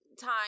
time